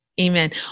Amen